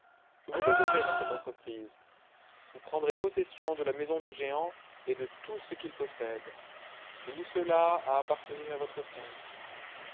je vous aiderai dans cette entreprise vous prendrez possession de la maison du géant et de tout ce qu'il possède tout cela a appartenu à votre père